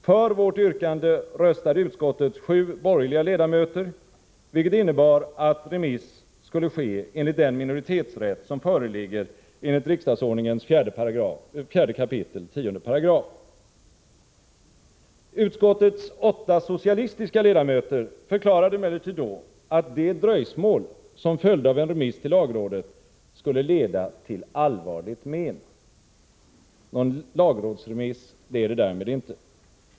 För vårt yrkande röstade utskottets sju borgerliga ledamöter, vilket innebar att remiss skulle ske i överensstämmelse med den minoritetsrätt som föreligger enligt riksdagsordningens 4 kap. 10 §. Utskottets åtta socialistiska ledamöter förklarade emellertid då att det dröjsmål som skulle följa av en remiss till lagrådet skulle leda till allvarligt men. Någon lagrådsremiss blev det därmed inte.